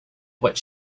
what